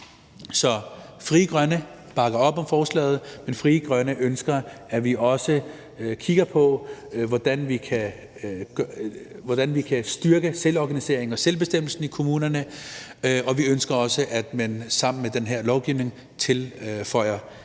Så Frie Grønne bakker op om forslaget, men Frie Grønne ønsker, at vi også kigger på, hvordan vi kan styrke selvorganiseringen og selvbestemmelsen i kommunerne. Og vi ønsker også, at man sammen med den her lovgivning tilfører flere